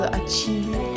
achieve